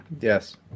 Yes